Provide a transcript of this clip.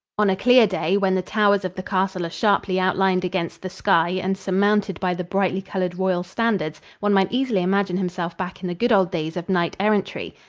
on a clear day, when the towers of the castle are sharply outlined against the sky and surmounted by the brightly colored royal standards, one might easily imagine himself back in the good old days of knight-errantry.